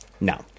No